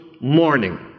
morning